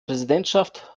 präsidentschaft